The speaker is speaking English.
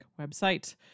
website